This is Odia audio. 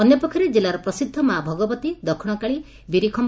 ଅନ୍ୟପକ୍ଷରେ ଜିଲ୍ଲାର ପ୍ରସିଦ୍ଧ ମା ଭଗବତୀ ଦକ୍ଷିଣକାଳୀ ବିରିଖମ୍